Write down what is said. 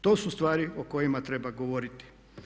To su stvari o kojima treba govoriti.